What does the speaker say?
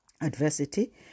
adversity